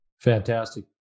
Fantastic